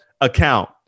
account